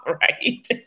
right